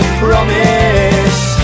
promise